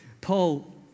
Paul